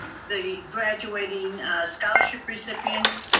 the graduating scholarship recipients.